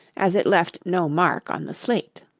as it left no mark on the slate.